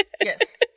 Yes